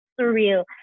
surreal